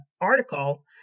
article